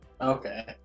Okay